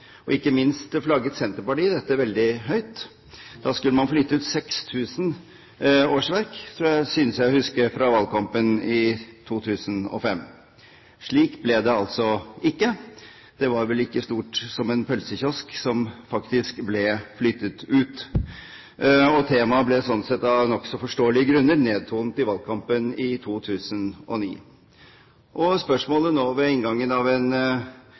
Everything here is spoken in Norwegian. tema. Ikke minst flagget Senterpartiet dette veldig høyt. Da skulle man flytte ut 6 000 årsverk, synes jeg å huske fra valgkampen i 2005. Slik ble det altså ikke. Det var vel ikke stort som en pølsekiosk det som faktisk ble flyttet ut. Temaet ble sånn sett av nokså forståelige grunner nedtonet i valgkampen i 2009. Spørsmålet nå, etter det første året av en